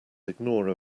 ignore